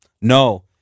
No